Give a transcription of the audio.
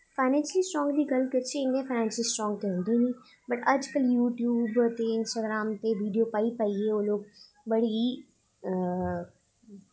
financially strong दी गल्ल करचै फाइनेंशियली स्ट्रांग ते इ'न्ने होंदे निं ते अज्ज कल यूट्यूब ते इंस्टाग्राम ते वीडियो पाई पाइयै लोग मतलब कि